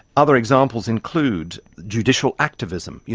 other examples include judicial activism. you